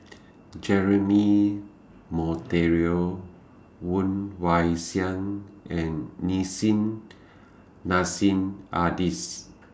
Jeremy Monteiro Woon Wah Siang and Nissim Nassim Adis